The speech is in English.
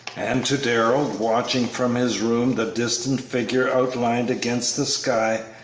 and to darrell, watching from his room the distant figure outlined against the sky,